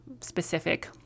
specific